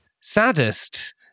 saddest